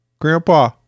grandpa